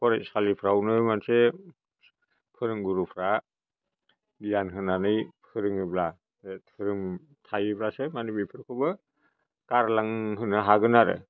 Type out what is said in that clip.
फरायसालिफ्रावनो मोनसे फोरों गुरुफ्रा गियान होनानै फोरोङोब्ला धोरोम थायोब्लासो मानि बेफोरखौबो गारलांहोनो हागोन आरो